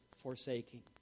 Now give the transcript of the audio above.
forsaking